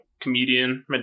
comedian